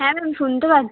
হ্যাঁ ম্যাম শুনতে পাচ্ছি